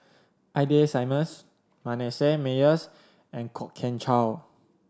Ida Simmons Manasseh Meyer's and Kwok Kian Chow